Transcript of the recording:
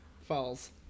Falls